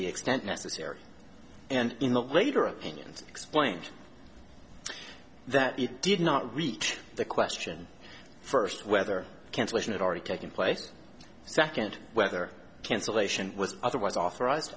the extent necessary and in the later opinions explained that it did not reach the question first whether cancellation have already taken place second whether cancellation was otherwise authorized